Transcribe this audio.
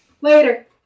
Later